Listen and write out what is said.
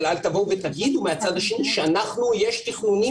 אבל אל תגידו מהצד השני שיש תכנונים,